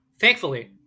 thankfully